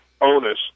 onus